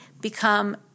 become